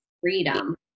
freedom